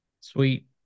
Sweet